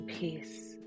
peace